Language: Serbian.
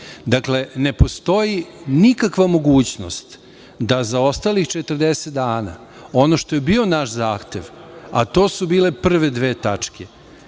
ništa. Dakle, ne postoji nikakva mogućnost da za ostalih 40 dana ono što je bio naš zahtev, a to su bile prve dve tačke,